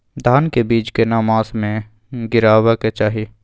धान के बीज केना मास में गीरावक चाही?